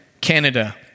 Canada